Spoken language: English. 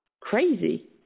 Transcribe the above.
Crazy